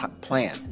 plan